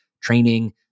training